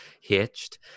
hitched